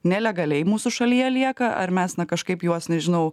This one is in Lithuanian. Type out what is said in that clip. nelegaliai mūsų šalyje lieka ar mes na kažkaip juos nežinau